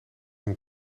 een